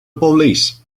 police